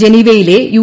ജനീവയിലെ U